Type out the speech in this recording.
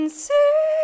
see